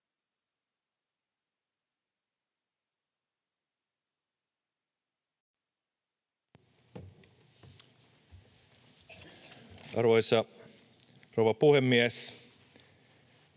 Arvoisa rouva puhemies!